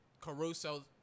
Caruso